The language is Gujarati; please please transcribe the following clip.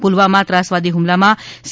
પુલવામાં ત્રાસવાદી હ્મલામાં સી